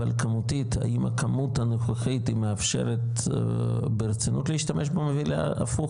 אבל כמותית האם הכמות הנוכחית היא מאפשרת ברצינות להשתמש במוביל ההפוך?